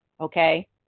Okay